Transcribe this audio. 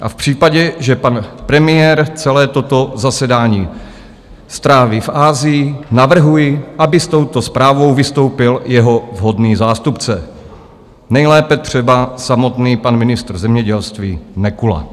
A v případě, že pan premiér celé toto zasedání stráví v Asii, navrhuji, aby s touto zprávou vystoupil jeho vhodný zástupce, nejlépe třeba samotný pan ministr zemědělství Nekula.